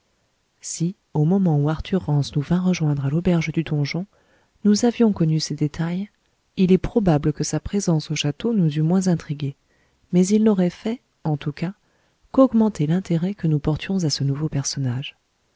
si au moment où arthur rance nous vint rejoindre à l'auberge du donjon nous avions connu ces détails il est probable que sa présence au château nous eût moins intrigués mais ils n'auraient fait en tout cas qu'augmenter l'intérêt que nous portions à ce nouveau personnage